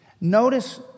Notice